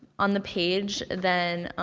on the page than, um,